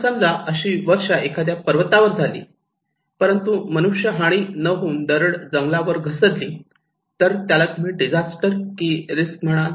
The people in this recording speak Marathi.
पण समजा अशी वर्षा एखाद्या पर्वतावर झाली परंतु मनुष्यहानी न होऊन दरड जंगलावर घसरली तर तुम्ही त्याला डिजास्टर की रिस्क म्हणाल